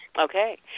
Okay